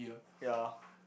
ya